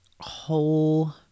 whole